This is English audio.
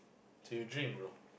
do you drink bro